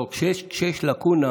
לא, כשיש לקונה